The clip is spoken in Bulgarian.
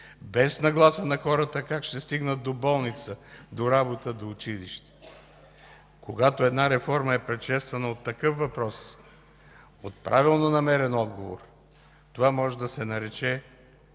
без нагласа на хората как ще стигнат до болница, до работа, до училище. Когато една реформа е предшествана от такъв въпрос, от правилно намерен отговор, това може да се нарече